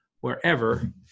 wherever